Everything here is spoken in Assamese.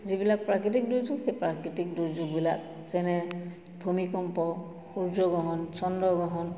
যিবিলাক প্ৰাকৃতিক দুৰ্যোগ সেই প্ৰাকৃতিক দুৰ্যোগবিলাক যেনে ভূমিকম্প সূৰ্যগ্ৰহণ চন্দ্ৰগ্ৰহণ